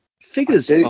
figures